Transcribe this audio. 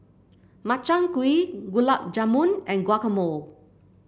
Makchang Gui Gulab Jamun and Guacamole